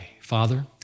Father